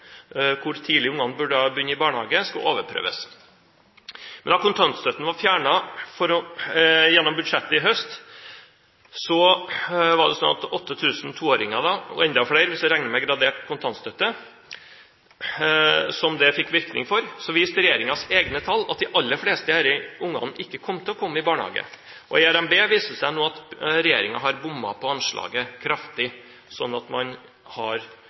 hvor tidlig ungene burde begynne i barnehage, skal overprøves. Men da kontantstøtten var fjernet i budsjettet i fjor høst, var det slik at for 8 000 toåringer – og enda flere hvis en regner med dem som mottar gradert kontantstøtte – som det fikk virkning for, viste regjeringens egne tall at de aller fleste av disse ungene ikke kom til å komme i barnehage. Gjør de det, vil det vise seg at regjeringen har bommet kraftig på anslaget. Så man har